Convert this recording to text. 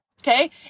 Okay